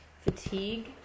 fatigue